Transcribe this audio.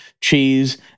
cheese